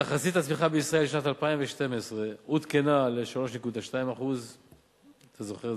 תחזית הצמיחה בישראל לשנת 2012 עודכנה ל-3.2% אם אתה זוכר,